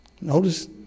notice